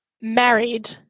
married